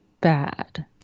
bad